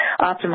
optimize